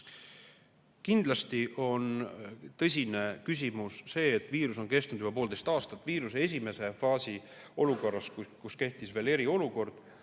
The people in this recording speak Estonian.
Kindlasti on tõsine küsimus see, et viirus on kestnud juba poolteist aastat. Viiruse esimeses faasis, kui kehtis veel eriolukord,